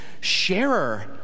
sharer